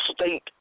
state